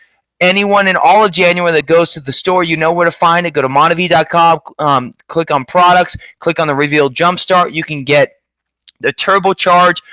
anyone in all of january that goes to the store, you know but go to monavie dot com um click on products click on the rvl jump start. you can get the turbo charge,